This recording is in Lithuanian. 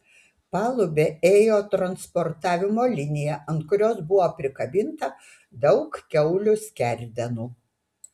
palube ėjo transportavimo linija ant kurios buvo prikabinta daug kiaulių skerdenų